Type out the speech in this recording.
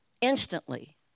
Instantly